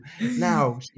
now